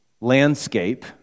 landscape